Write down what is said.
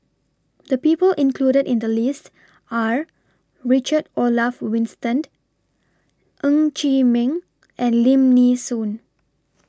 The People included in The list Are Richard Olaf Winstedt Ng Chee Meng and Lim Nee Soon